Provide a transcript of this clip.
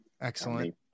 Excellent